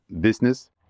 business